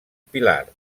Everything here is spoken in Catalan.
pilar